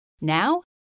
Now